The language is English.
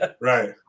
Right